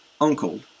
uncle